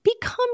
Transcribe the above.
become